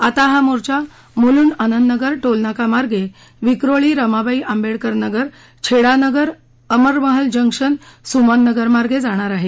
आता हा मार्चा मुलुंउ आनंदनगर टोल नाका मागें विक्रोळी रमाबाई आंबेडकर नगर छेडानगर अमर महल जंक्शन सुमन नगर मागें जाणार आहे